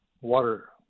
water